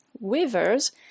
weavers